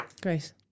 Grace